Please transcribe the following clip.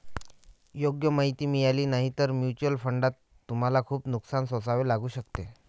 योग्य माहिती मिळाली नाही तर म्युच्युअल फंडात तुम्हाला खूप नुकसान सोसावे लागू शकते